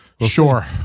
Sure